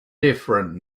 different